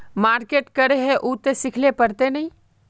Market करे है उ ते सिखले पड़ते नय?